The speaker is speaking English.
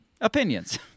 Opinions